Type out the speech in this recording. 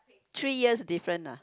three years different ah